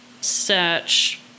search